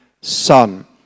son